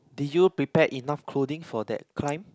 did you prepare enough clothing for that climb